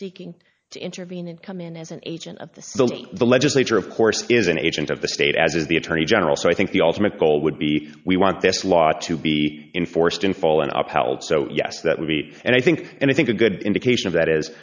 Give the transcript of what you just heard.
seeking to intervene and come in as an agent of the city the legislature of course is an agent of the state as is the attorney general so i think the ultimate goal would be we want this law to be enforced in fall in our pelts so yes that would be and i think and i think a good indication of that is